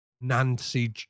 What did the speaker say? Nancy